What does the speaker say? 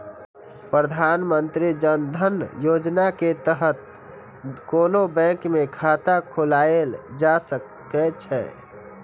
प्रधानमंत्री जन धन योजनाक तहत कोनो बैंक मे खाता खोलाएल जा सकै छै